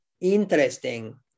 Interesting